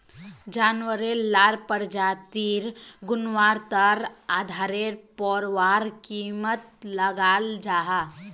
जानवार लार प्रजातिर गुन्वात्तार आधारेर पोर वहार कीमत लगाल जाहा